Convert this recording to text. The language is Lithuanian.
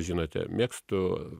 žinote mėgstu